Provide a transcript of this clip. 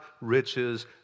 riches